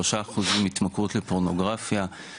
שלושה אחוזים התמכרות לפורנוגרפיה,